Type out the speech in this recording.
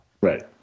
Right